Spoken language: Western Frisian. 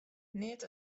neat